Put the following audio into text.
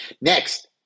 next